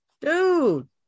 dude